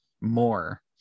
more